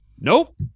Nope